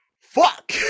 fuck